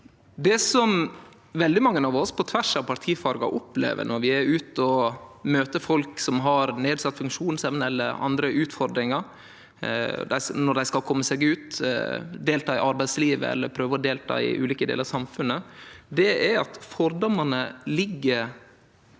Det som veldig mange av oss, på tvers av partifargar, opplever når vi er ute og møter folk som har nedsett funksjonsevne eller andre utfordringar, og som skal kome seg ut, delta i arbeidslivet eller prøve å delta i ulike delar av samfunnet, er at fordomane ligg